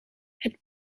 het